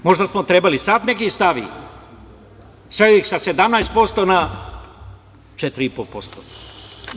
Možda smo trebali, sada neka ih stavi, sveli ih sa 17% na 4,5%